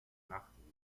nachtruhe